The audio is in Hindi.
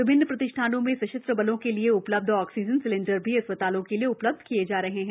विभिन्न प्रतिष्ठानों में सशस्त्र बलों के लिए उपलब्ध ऑक्सीजन सिलेंडर भी अस्पतालों के लिए उपलब्ध किए जा रहे हैं